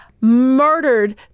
murdered